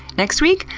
next week?